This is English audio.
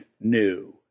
new